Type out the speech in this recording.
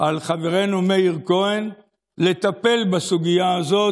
על חברנו מאיר כהן לטפל בסוגיה הזאת.